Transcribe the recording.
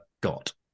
got